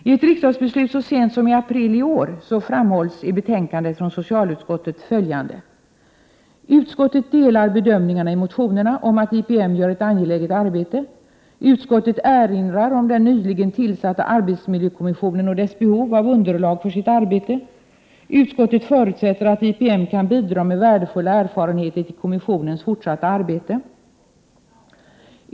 I ett beslut fattat av riksdagen så sent som i april i år framhålls i betänkandet från socialutskottet följande: ”Utskottet delar bedömningarna i motionerna om att IPM gör ett angeläget arbete. Utskottet erinrar om den nyligen tillsatta arbetsmiljökommissionen och dess behov av underlag för sitt arbete. Utskottet förutsätter att IPM kan bidra med värdefulla erfarenheter till kommissionens fortsatta arbete.